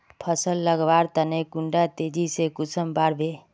फुल लगवार तने कुंडा तेजी से कुंसम बार वे?